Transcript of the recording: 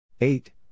eight